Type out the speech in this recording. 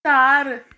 ਚਾਰ